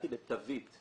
לתווית.